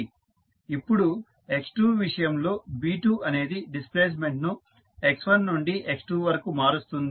ఇప్పుడు x2 విషయంలో B2 అనేది డిస్ప్లేస్మెంట్ ను x1 నుండి x2 వరకు మారుస్తుంది